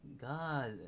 God